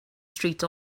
street